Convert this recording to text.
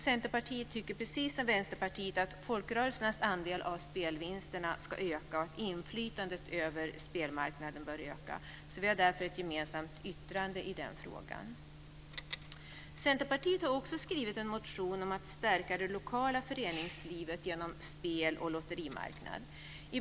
Centerpartiet tycker, precis som Vänsterpartiet, att folkrörelsernas andel av spelvinsterna ska öka och att inflytandet över spelmarknaden bör öka. Vi har därför ett gemensamt yttrande i den frågan. Centerpartiet har också skrivit en motion om att stärka det lokala föreningslivet genom spel och lotterimarknaden.